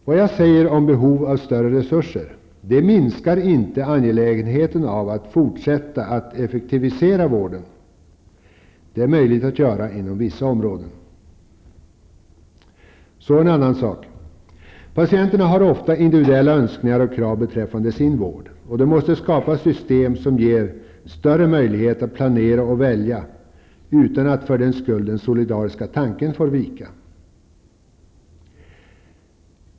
Det jag säger om behov av större resurser minskar inte angelägenheten av att fortsätta att effektivisera vården. Det är möjligt att göra inom vissa områden. Jag övergår så till en annan sak. Patienterna har ofta individuella önskningar och krav beträffande sin vård. Det måste skapas system som ger större möjlighet att planera och välja, utan att för den skull den solidariska tanken får vika.